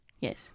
Yes